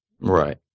Right